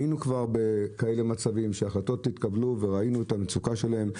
היינו כבר בכאלה מצבים שהחלטות התקבלו וראינו את המצוקה שלהם,